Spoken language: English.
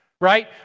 right